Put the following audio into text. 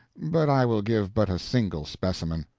but i will give but a single specimen.